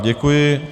Děkuji.